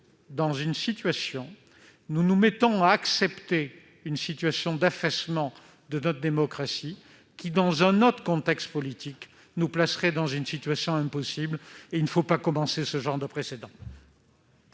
d'urgence, mais nous nous mettons à accepter une situation d'affaissement de notre démocratie qui, dans un autre contexte politique, nous placerait dans une situation impossible. Ne créons pas ce genre de précédent.